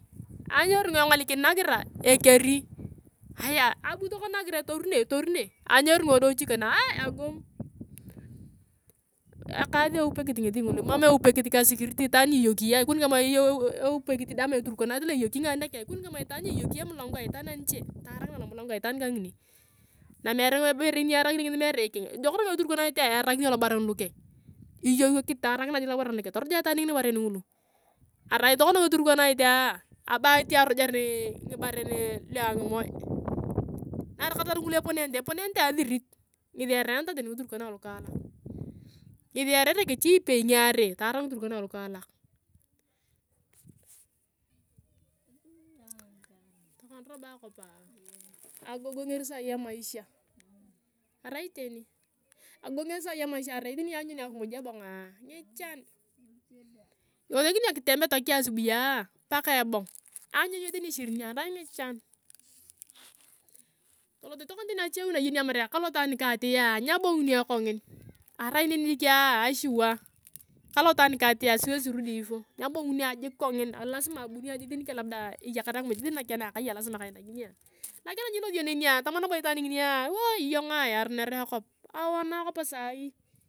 Ani eringa engolikin nagira ekeri ayaa abu tokona nagira etoru ne etoru ne ani eringa wadiochichi kona hee agum ekaas eupekit ngesi ngolo mam eupekit ka security itan ni iyokia ikoni kama eyei eupe ama eturukanait lea iyoki nganei nakeng ikoni kama itaan ni iyoki emulango aitaan aniche taarakinae lomulango loa itaankangini na mere ibove nierakinio ngesi mere ikeng ejok robo eturukanait erakinio lobaren lukeng, iyoki taharakinae jik laboren lukeng toruja itaan ngini ngibaren ngulu aria tokona eturukanaitia abaat arujar ngibarenlua ngimoe na arakatar nyulu eponenete, eponenete athirit ngesi earenetea tani ngiturukana lukaalak, ngesi earere kechi ipei ngiarei toara ngiturukana lukaalak tokona robo akopoa agogonger saii emaisha aria iteni agoganger saii emaisha aria tani iyong anyun akimuj ebongaa ngichan, iwesekini iyong kitembe tokea asubuia paka ebong anyun iyong tani ichirinia aria ngichaa. Tolot tokona tani achewi na iyeni iyong atamar kalot ayong nikatia nyabonguni ayong kongin aria neni jikia asure kalot ayong nika atia siwezi rudi hivyo nyabongunia jik kongin lasima abunia jik tani labda ejakar akumuj nake na akaia lasma lasima kainakini ayong, lakini ani ilosi iyong nenia tama nabo itaan nginia ooo! Iyonga aruner akop nono akop saaii.